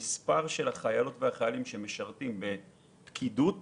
מספר החיילים שמשרתים בפקידות